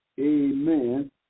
amen